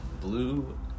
Blue